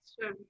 Sure